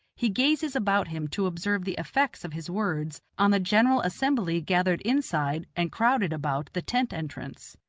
he gazes about him to observe the effects of his words on the general assembly gathered inside and crowded about the tent-entrance.